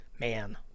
Man